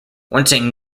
wanting